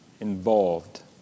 involved